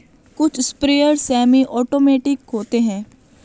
कुछ sprayer semi automatic होते हैं